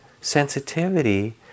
sensitivity